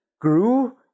grew